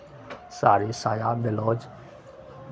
साड़ी साया ब्लाउज